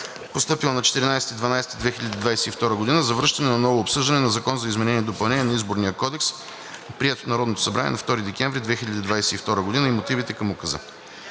постъпил на 14 декември 2022 г., за връщане за ново обсъждане на Закона за изменение и допълнение на Изборния кодекс, приет от Народното събрание на 2 декември 2022 г., и мотивите към Указа.